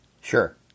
Sure